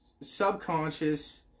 subconscious